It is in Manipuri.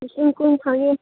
ꯂꯤꯁꯤꯡ ꯀꯨꯟ ꯐꯪꯉꯦ